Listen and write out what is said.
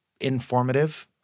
informative